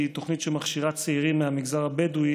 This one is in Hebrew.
זאת תוכנית שמכשירה צעירים מהמגזר הבדואי